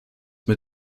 mit